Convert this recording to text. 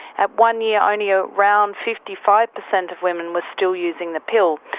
at one year only around fifty five percent of women were still using the pill.